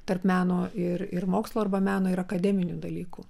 tarp meno ir ir mokslo arba meno ir akademinių dalykų